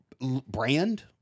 brand